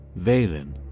Valen